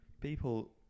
people